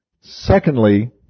Secondly